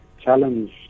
challenge